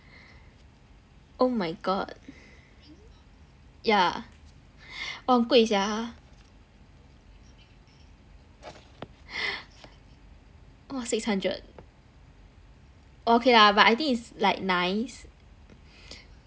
oh my god yeah !wah! 很贵 sia orh six hundred orh okay lah but I think it's like nice